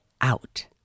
out